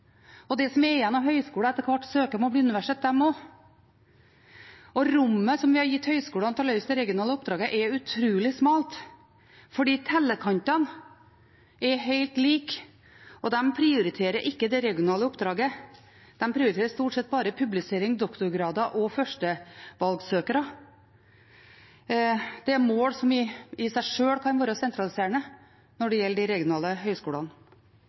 der de som er igjen av høyskoler, etter hvert søker om å bli universiteter, de også. Det rommet vi har gitt høyskolene til å løse det regionale oppdraget, er utrolig smalt fordi tellekantene er helt like, og de prioriterer ikke det regionale oppdraget, de prioriterer stort sett bare publisering, doktorgrader og førstevalgssøkere. Det er mål som i seg sjøl kan være sentraliserende når det gjelder de regionale høyskolene.